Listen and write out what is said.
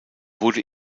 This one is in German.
wurde